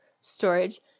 storage